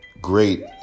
great